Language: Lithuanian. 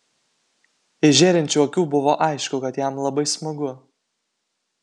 iš žėrinčių akių buvo aišku kad jam labai smagu